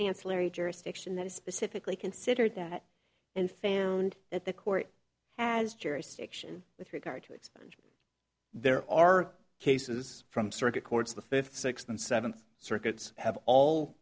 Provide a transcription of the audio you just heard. ancillary jurisdiction that is specifically considered that in fan and that the court has jurisdiction with regard to it there are cases from circuit courts the fifth sixth and seventh circuits have all